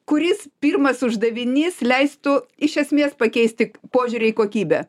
kuris pirmas uždavinys leistų iš esmės pakeisti požiūrį į kokybę